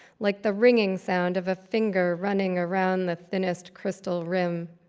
like the ringing sound of a finger running around the thinnest crystal rim.